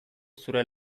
zure